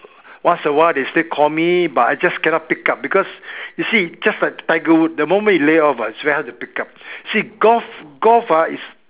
once awhile they still call me but I just cannot pick up because you see just like tiger-wood the moment you lay off ah it's very hard to pick up see golf golf ah is